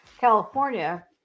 california